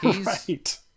Right